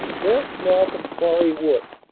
just north of quarry wood,